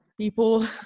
people